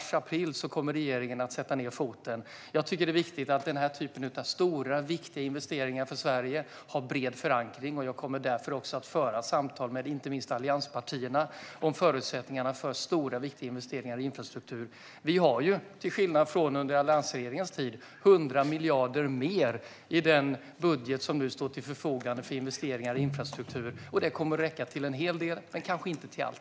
Sedan kommer regeringen att sätta ned foten någon gång under mars april. Jag tycker att det är viktigt att denna typ av stora, viktiga investeringar för Sverige har bred förankring, och jag kommer därför att föra samtal med inte minst allianspartierna om förutsättningarna för stora viktiga investeringar i infrastruktur. Vi har, till skillnad från under alliansregeringens tid, 100 miljarder mer i den budget som nu står till förfogande för investeringar i infrastruktur. Det kommer att räcka till en hel del, men kanske inte till allt.